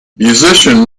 musician